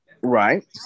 right